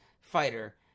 fighter